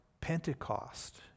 Pentecost